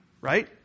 right